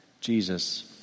Jesus